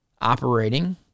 operating